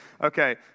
Okay